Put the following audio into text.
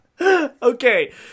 Okay